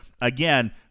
again